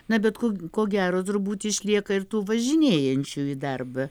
na bet ko ko gero turbūt išlieka ir tų važinėjančių į darbą